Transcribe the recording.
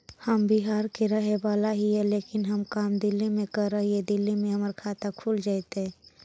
हम बिहार के रहेवाला हिय लेकिन हम काम दिल्ली में कर हिय, दिल्ली में हमर खाता खुल जैतै?